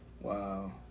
Wow